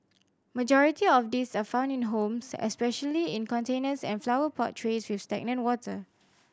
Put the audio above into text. majority of these are found in homes especially in containers and flower pot trays with stagnant water